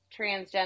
transgender